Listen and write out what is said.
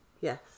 Yes